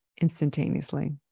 instantaneously